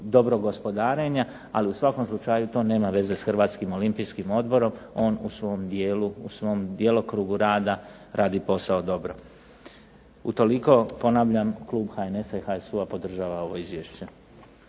dobrog gospodarenja. Ali u svakom slučaju to nema veze s HOO-om, on u svom djelokrugu rada radi posao dobro. Utoliko ponavljam klub HNS-HSU-a podržava ovo izvješće.